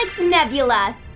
Nebula